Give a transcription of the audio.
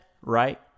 right